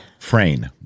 Frain